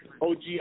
OG